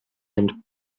and